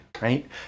right